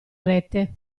rete